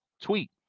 tweet